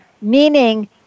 meaning